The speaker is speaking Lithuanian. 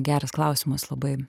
geras klausimas labai